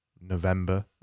November